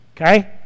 Okay